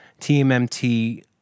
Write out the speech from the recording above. TMMT